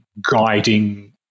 guiding –